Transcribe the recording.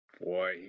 Boy